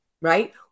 right